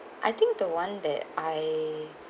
I think the one that I